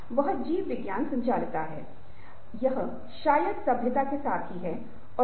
हमने इसे तीसरे सत्र में किया है जब हमने सुनने की बात की थी